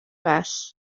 bell